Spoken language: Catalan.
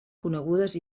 conegudes